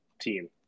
team